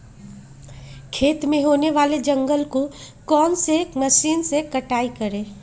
खेत में होने वाले जंगल को कौन से मशीन से कटाई करें?